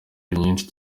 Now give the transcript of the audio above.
nyinshi